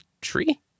tree